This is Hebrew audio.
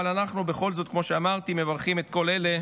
אבל אנחנו בכל זאת, כמו שאמרתי, מברכים את כל אלה